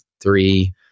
three